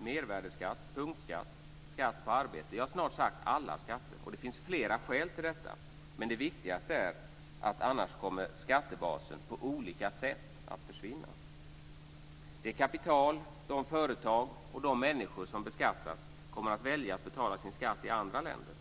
mervärdeskatten, punktskatter, skatten på arbete, ja, snart sagt alla skatter. Det finns flera skäl till detta, men det viktigaste är att skattebasen annars kommer att försvinna på olika sätt. Det kapital, de företag och de människor som beskattas kommer att välja att betala sin skatt i andra länder.